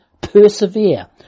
Persevere